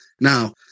Now